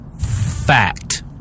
fact